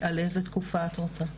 על איזו תקופה את רוצה?